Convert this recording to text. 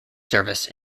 service